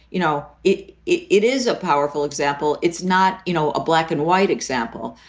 you know, it it it is a powerful example. it's not, you know, a black and white example.